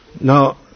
Now